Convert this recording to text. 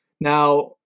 Now